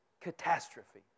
Catastrophe